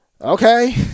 okay